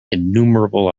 innumerable